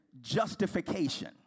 justification